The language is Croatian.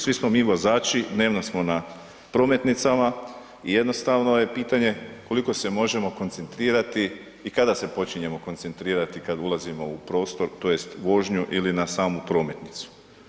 Svi smo mi vozači, dnevno smo na prometnicama i jednostavno je pitanje koliko se možemo koncentrirati i kada se počinjemo koncentrirati kada ulazimo u prostor tj. vožnju ili na samu prometnicu.